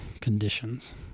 conditions